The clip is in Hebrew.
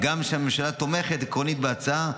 הגם שהממשלה תומכת עקרונית בהצעה,